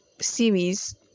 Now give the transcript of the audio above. series